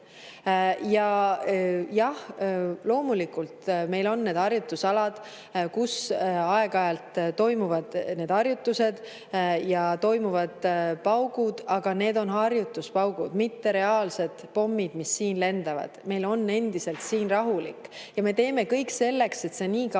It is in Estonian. Jah, loomulikult meil on need harjutusalad, kus aeg-ajalt toimuvad need harjutused ja toimuvad paugud, aga need on harjutuspaugud, mitte reaalsed pommid, mis siin lendavad. Meil on endiselt siin rahulik ja me teeme kõik selleks, et see nii ka jääks.